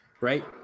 Right